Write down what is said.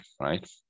right